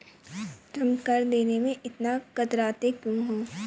तुम कर देने में इतना कतराते क्यूँ हो?